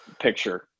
picture